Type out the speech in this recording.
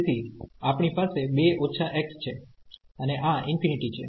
તેથી આપણી પાસે 2 ઓછા x છે અને આ ∞ છે